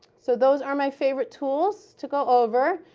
so those are my favorite tools to go over.